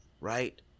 right